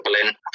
Berlin